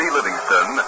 Livingston